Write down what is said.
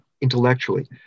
intellectually